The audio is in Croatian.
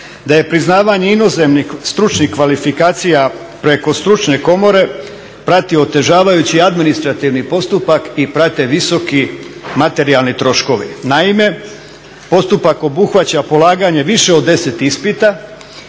da je priznavanje inozemnih stručnih kvalifikacija preko stručne komore pratio otežavajući administrativni postupak i prate visoki materijalni troškovi. Naime, postupak obuhvaća polaganje više od 10 ispita,